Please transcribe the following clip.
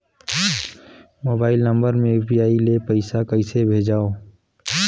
Mobile number मे UPI ले पइसा कइसे भेजवं?